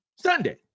Sunday